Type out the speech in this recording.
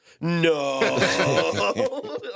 No